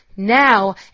Now